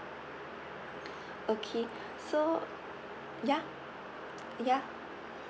okay so ya ya